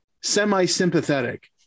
semi-sympathetic